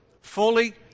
Fully